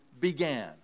began